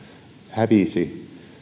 hävisi